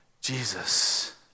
Jesus